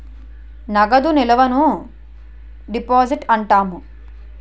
నగదు నిల్వను డిపాజిట్ అంటాము